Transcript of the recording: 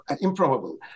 improbable